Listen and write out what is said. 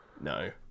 No